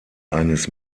eines